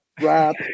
wrap